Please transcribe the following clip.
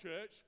church